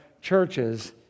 churches